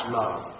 love